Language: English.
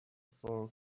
four